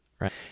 right